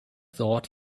thought